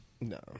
No